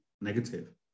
negative